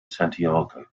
santiago